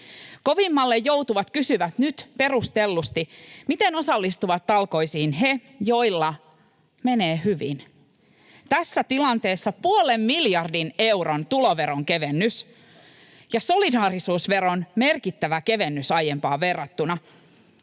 Kovimmalle joutuvat kysyvät nyt perustellusti: miten osallistuvat talkoisiin he, joilla menee hyvin? Tässä tilanteessa puolen miljardin euron tuloveronkevennys ja solidaarisuusveron merkittävä kevennys aiempaan verrattuna